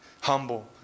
humble